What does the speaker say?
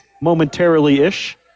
momentarily-ish